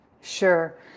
Sure